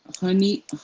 Honey